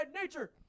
nature